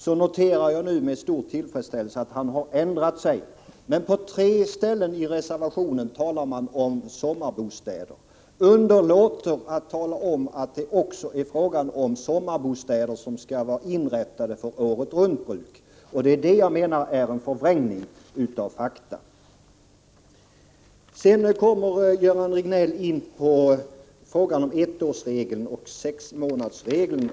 Jag noterar nu med stor tillfredsställelse att han har ändrat sig — men på tre ställen i reservationen talar man om sommarbostäder och underlåter att tala om att det också är fråga om sommarbostäder som skall vara inrättade för åretruntbruk. — Det är det jag menar är en förvrängning av fakta. Göran Riegnell kom sedan in på frågan om ettårsregeln och sexmånadersregeln.